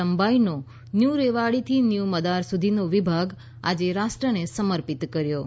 લંબાઈનો ન્યૂ રેવાડી થી ન્યૂ મદાર સુધીનો વિભાગ આજે રાષ્ટ્રને સમર્પિત કર્યો છે